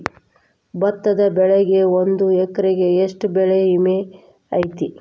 ಭತ್ತದ ಬೆಳಿಗೆ ಒಂದು ಎಕರೆಗೆ ಎಷ್ಟ ಬೆಳೆ ವಿಮೆ ಐತಿ?